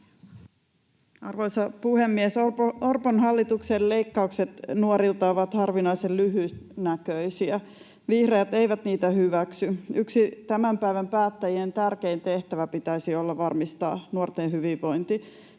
Arvoisa puhemies! Orpon hallituksen leikkaukset nuorilta ovat harvinaisen lyhytnäköisiä. Vihreät eivät niitä hyväksy. Yksi tämän päivän päättäjien tärkein tehtävä pitäisi olla varmistaa nuorten hyvinvointi